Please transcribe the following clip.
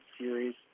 series